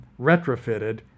retrofitted